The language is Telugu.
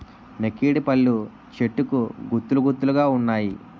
నెక్కిడిపళ్ళు చెట్టుకు గుత్తులు గుత్తులు గావున్నాయి